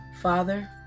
father